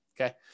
Okay